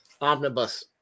Omnibus